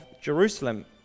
Jerusalem